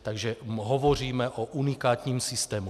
Takže hovoříme o unikátním systému.